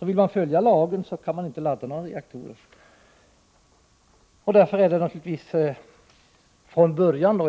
Vill man följa lagen, kan man inte ladda några nya reaktorer. Därför är det naturligtvis